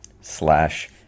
slash